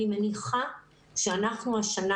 אני מניחה שאנחנו השנה,